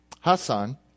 Hassan